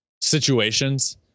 situations